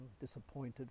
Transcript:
disappointed